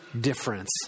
difference